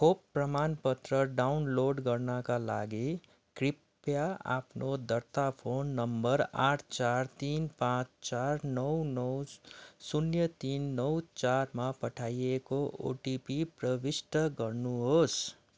खोप प्रमानपत्र डाउनलोड गर्नाका लागि कृपया आफ्नो दर्ता फोन नम्बर आठ चार तिन पाँच चार नौ नौ शु शुन्य तिन नौ चारमा पठाइएको ओटिपी प्रविष्ट गर्नुहोस्